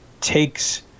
takes